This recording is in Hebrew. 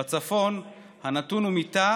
בצפון הנתון הוא מיטה